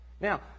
Now